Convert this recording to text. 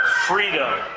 freedom